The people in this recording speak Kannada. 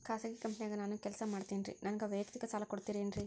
ಖಾಸಗಿ ಕಂಪನ್ಯಾಗ ನಾನು ಕೆಲಸ ಮಾಡ್ತೇನ್ರಿ, ನನಗ ವೈಯಕ್ತಿಕ ಸಾಲ ಕೊಡ್ತೇರೇನ್ರಿ?